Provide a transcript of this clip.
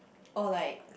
or like